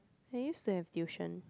I used to have tuition